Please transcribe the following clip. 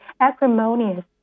acrimonious